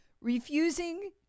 refusing